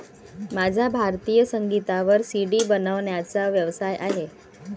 माझा भारतीय संगीतावर सी.डी बनवण्याचा व्यवसाय आहे